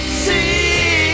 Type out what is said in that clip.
see